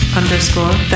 underscore